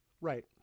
right